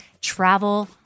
travel